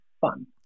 fun